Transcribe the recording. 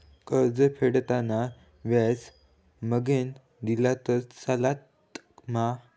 कर्ज फेडताना व्याज मगेन दिला तरी चलात मा?